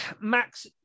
Max